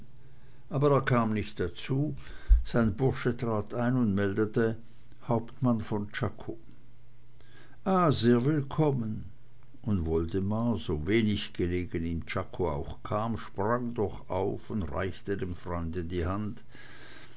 aber er kam nicht dazu sein bursche trat ein und meldete hauptmann von czako ah sehr willkommen und woldemar sowenig gelegen ihm czako auch kam sprang doch auf und reichte dem freunde die hand